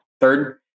third